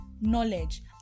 Knowledge